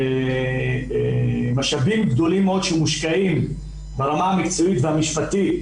משאבים גדולים מאוד שמושקעים ברמה המקצועית והמשפטית